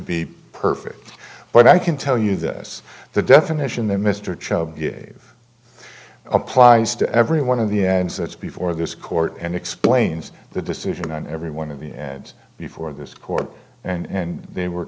be perfect but i can tell you this the definition that mr cho applies to every one of the ends that's before this court and explains the decision on every one of the and before this court and they were